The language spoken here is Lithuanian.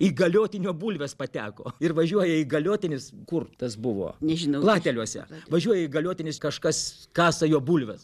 įgaliotinio bulves pateko ir važiuoja įgaliotinis kurtas buvo nežinau plateliuose važiuoja įgaliotinis kažkas kasa jo bulves